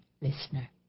listener